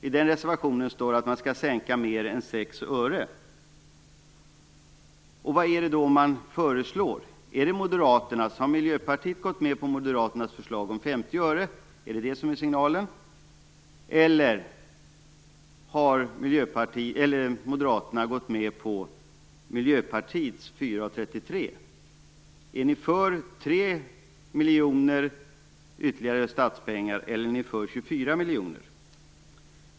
I den reservationen står det att man skall sänka mer än 6 öre. Vad är det då man föreslår? Har Miljöpartiet gått med på Moderaternas förslag om 50 öre, är det signalen? Eller har Moderaterna gått med på Miljöpartiets 4:33? Är ni för 3 miljoner ytterligare av statspengar eller är ni för 24 miljoner?